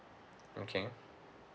okay